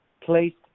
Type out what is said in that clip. placed